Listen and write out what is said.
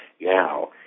now